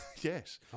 Yes